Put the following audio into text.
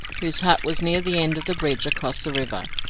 whose hut was near the end of the bridge across the river,